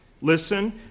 listen